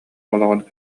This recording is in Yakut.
олоҕун